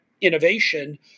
innovation